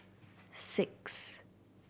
six